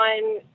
one